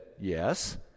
yes